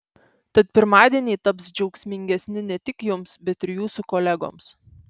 tad pirmadieniai taps džiaugsmingesni ne tik jums bet ir jūsų kolegoms